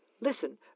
Listen